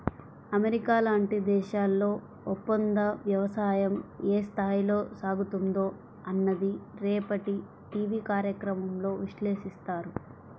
America లాంటి దేశాల్లో ఒప్పందవ్యవసాయం ఏ స్థాయిలో సాగుతుందో అన్నది రేపటి టీవీ కార్యక్రమంలో విశ్లేషిస్తారు